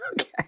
Okay